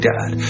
Dad